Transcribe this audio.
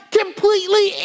completely